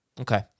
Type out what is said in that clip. Okay